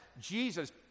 jesus